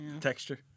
Texture